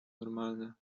normalne